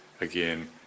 again